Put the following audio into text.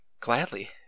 Gladly